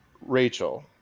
Rachel